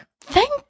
Thank